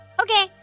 Okay